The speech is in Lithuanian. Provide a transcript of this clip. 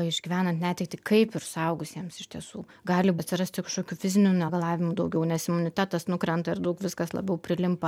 išgyvenant netektį kaip ir suaugusiems iš tiesų gali atsirasti kažkokių fizinių negalavimų daugiau nes imunitetas nukrenta ir daug viskas labiau prilimpa